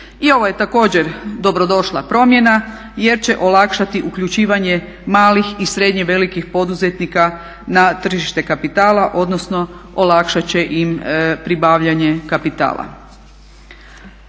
I ovo je također dobro došla promjena jer će olakšati uključivanje malih i srednje velikih poduzetnika na tržište kapitala, odnosno olakšat će im pribavljanje kapitala.